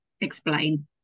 explain